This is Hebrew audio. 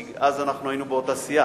כי אז אנחנו היינו באותה סיעה,